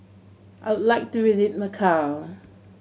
I would like to visit Macau